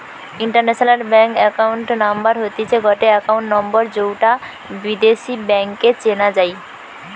international bank account number হতিছে গটে account number যৌটা বিদেশী ব্যাংকে চেনা যাই